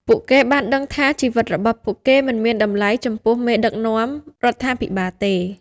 ពួកគេបានដឹងថាជីវិតរបស់ពួកគេមិនមានតម្លៃចំពោះមេដឹកនាំរដ្ឋាភិបាលទេ។